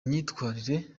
myitwarire